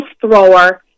thrower